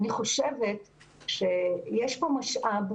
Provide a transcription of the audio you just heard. יש פה משאב,